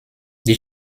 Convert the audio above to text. die